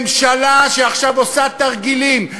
ממשלה שעכשיו עושה תרגילים,